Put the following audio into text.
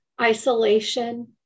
isolation